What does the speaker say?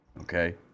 okay